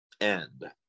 end